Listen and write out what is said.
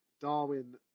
Darwin